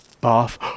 bath